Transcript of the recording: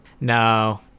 No